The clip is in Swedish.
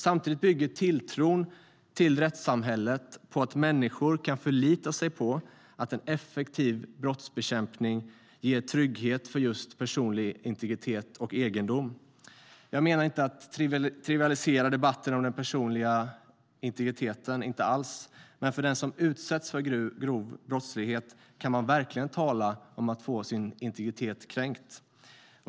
Samtidigt bygger tilltron till rättssamhället på att människor kan förlita sig på att en effektiv brottsbekämpning ger trygghet just när det gäller personlig integritet och egendom. Jag menar inte att trivialisera debatten om den personliga integriteten - inte alls - men den som utsätts för grov brottslighet kan verkligen tala om att få sin integritet kränkt.